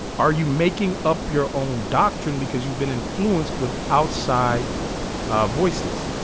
are you making up your own doctrine because you've been influenced with outside voices